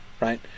Right